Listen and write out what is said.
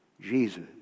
Jesus